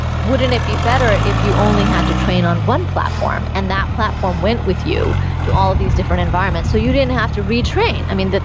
wouldn't it be better if you only had to train on one platform, and that platform went with you to all of these different environments? so you didn't have to retrain. i mean,